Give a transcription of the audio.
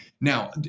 Now